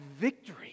victory